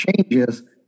changes